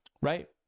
Right